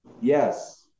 Yes